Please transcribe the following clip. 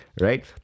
Right